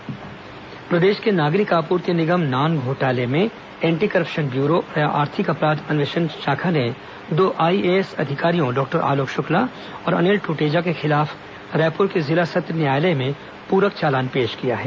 नान घोटाला मामला प्रदेश के नागरिक आपूर्ति निगम नान घोटाले में एंटी करप्शन ब्यूरो और आर्थिक अपराध अन्वेषण शाखा ने दो आईएएस अधिकारियों डॉक्टर आलोक शुक्ला और अनिल दूटेजा के खिलाफ रायपुर के जिला सत्र न्यायालय में पूरक चालान पेश किया है